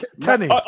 Kenny